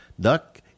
duck